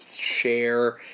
share